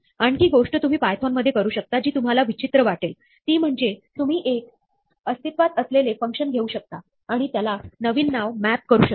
आणखी गोष्ट तुम्ही पायथोन मध्ये करू शकताजी तुम्हाला विचित्र वाटेलती म्हणजे तुम्ही एक अस्तित्वात असलेले फंक्शन घेऊ शकता आणि त्याला नवीन नाव मॅप करू शकता